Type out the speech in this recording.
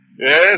Yes